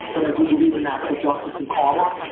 but i do believe in natural justice and karma,